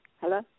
Hello